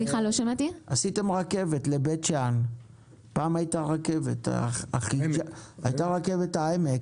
פעם הייתה רכבת העמק,